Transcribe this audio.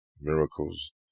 miracles